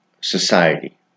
society